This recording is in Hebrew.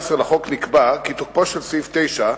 בסעיף 18 לחוק נקבע כי "תוקפו של סעיף 9,